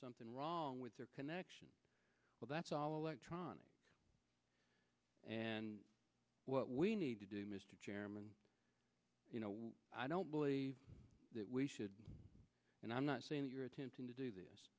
something wrong with their connection well that's all electronic and what we need to do mr chairman you know i don't believe that we should and i'm not saying that you're attempting to do this